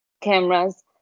cameras